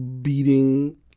beating